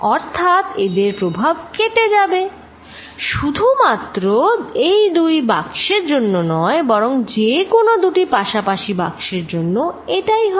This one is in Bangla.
অর্থাৎ এদের প্রভাব কেটে যাবে শুধুমাত্র এই দুটি বাক্সের জন্যে নয় বরং যেকোনো দুটি পাশাপাশি বাক্সের জন্যে এটাই হবে